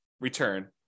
return